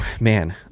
man